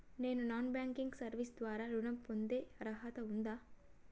నేను non banking service ద్వారా ఋణం పొందే అర్హత ఉందా?